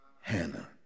Hannah